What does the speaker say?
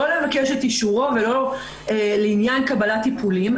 לא לבקש את אישורו לעניין קבלת טיפולים.